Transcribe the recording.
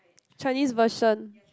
Chinese version